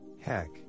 heck